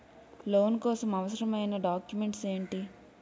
Loan కోసం అవసరమైన documents ఎంటి?